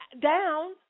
down